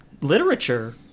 literature